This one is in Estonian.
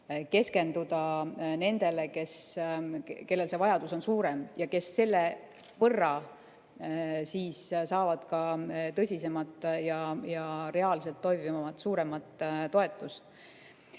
keskenduda nendele, kellel see vajadus on suurem ja kes selle võrra saavad ka tõsisemat ja reaalselt toimivat suuremat toetust.